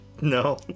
No